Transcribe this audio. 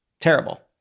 Terrible